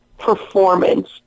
performance